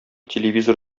телевизор